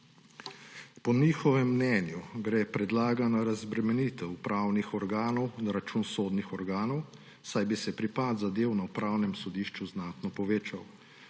Po njihovem mnenju gre predlagana razbremenitev upravnih organov na račun sodnih organov, saj bi se pripad zadev na upravnem sodišču znatno povečal.